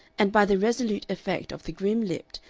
and by the resolute effect of the grim-lipped,